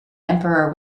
emperor